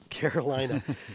Carolina